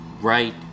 right